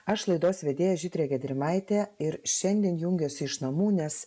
aš laidos vedėja žydrė gedrimaitė ir šiandien jungiuosi iš namų nes